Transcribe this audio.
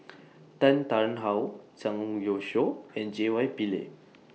Tan Tarn How Zhang Youshuo and J Y Pillay